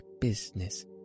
business